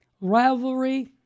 rivalry